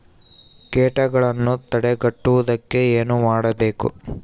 ಕೇಟಗಳನ್ನು ತಡೆಗಟ್ಟುವುದಕ್ಕೆ ಏನು ಮಾಡಬೇಕು?